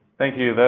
thank you.